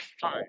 fun